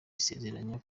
isezeranya